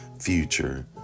future